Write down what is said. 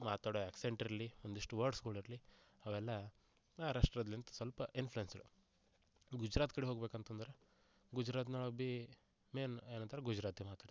ಮಾತಾಡೋ ಅಕ್ಸೆಂಟ್ ಇರಲಿ ಒಂದಿಷ್ಟು ವರ್ಡ್ಸ್ಗಳು ಇರಲಿ ಅವೆಲ್ಲ ಮಹಾರಾಷ್ಟ್ರದ್ಲಿಂದ ಸ್ವಲ್ಪ ಇನ್ಫ್ಲುಯೆನ್ಸ್ಡ್ ಗುಜರಾತ್ ಕಡೆ ಹೋಗ್ಬೇಕಂತಂದರೆ ಗುಜರಾತಿನೊಳಗ್ ಬಿ ಮೇನ್ ಏನಂತಾರ ಗುಜರಾತಿ ಮಾತಾಡ್ತಾರೆ